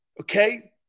okay